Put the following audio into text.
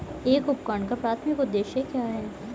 एक उपकरण का प्राथमिक उद्देश्य क्या है?